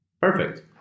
Perfect